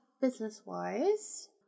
business-wise